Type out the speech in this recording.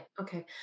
okay